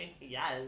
Yes